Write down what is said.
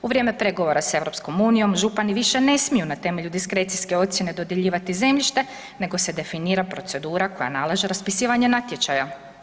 U vrijeme pregovora s EU župani više ne smiju na temelju diskrecijske ocjene dodjeljivati zemljište nego se definira procedura koja nalaže raspisivanje natječaja.